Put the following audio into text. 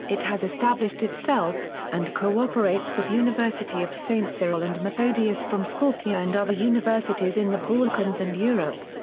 it has established itself, and cooperates with university of st. cyril and methodius from skopje and other universities in the balkans and europe.